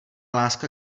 láska